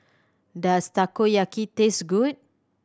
does Takoyaki taste good